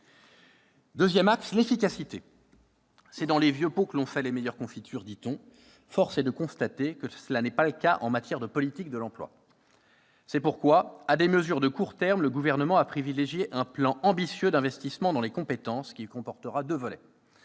ce budget est l'efficacité. C'est dans les vieux pots que l'on fait les meilleures confitures, dit-on. Force est de constater que cela n'est pas le cas en matière de politique de l'emploi ! C'est pourquoi, à des mesures de court terme, le Gouvernement a préféré un plan ambitieux d'investissement dans les compétences, qui comportera deux volets